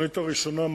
התוכנית הראשונה,